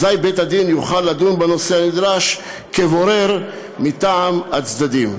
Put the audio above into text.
אזי בית-הדין יוכל לדון בנושא הנדרש כבורר מטעם הצדדים.